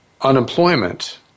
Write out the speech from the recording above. unemployment